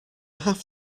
have